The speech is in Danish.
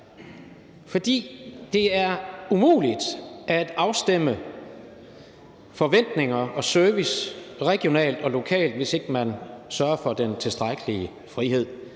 fordi det er umuligt at afstemme forventninger og service regionalt og lokalt, hvis ikke man sørger for den tilstrækkelige frihed